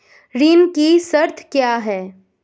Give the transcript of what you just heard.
ऋण की शर्तें क्या हैं?